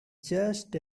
just